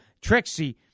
Trixie